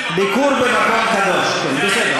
ביקור במקום קדוש, בסדר.